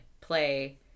play